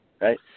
Right